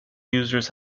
users